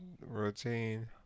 routine